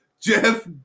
Jeff